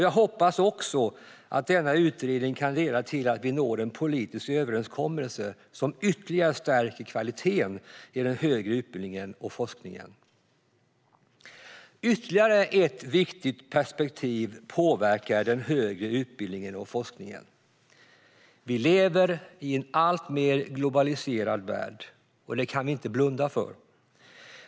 Jag hoppas också att denna utredning kan leda till att vi når en politisk överenskommelse, som ytterligare stärker kvaliteten i den högre utbildningen och forskningen. Ytterligare ett viktigt perspektiv påverkar den högre utbildningen och forskningen. Vi lever i en alltmer globaliserad värld. Det kan vi inte blunda för.